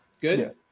good